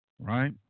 right